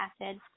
acid